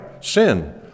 sin